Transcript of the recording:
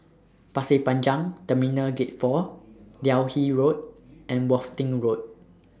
Pasir Panjang Terminal Gate four Delhi Road and Worthing Road